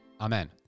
Amen